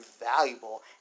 valuable